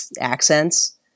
accents